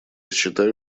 считаю